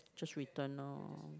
just return lor